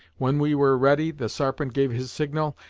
when we were ready, the sarpent gave his signal,